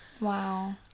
Wow